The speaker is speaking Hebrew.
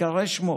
ייקרא שמו.